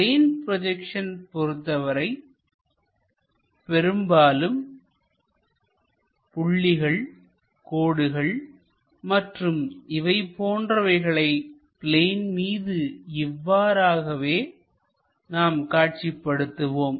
plane projection பொறுத்தவரை பெரும்பாலும் புள்ளிகள் கோடுகள் மற்றும் இவை போன்றவைகளை பிளேன் மீது இவ்வாறாகவே நாம் காட்சிபடுத்துவோம்